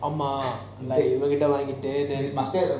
ஆமா இவன் கிட்ட வாங்கிட்டு:ama ivan kita vangitu